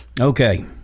Okay